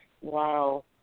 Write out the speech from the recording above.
Wow